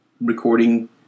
recording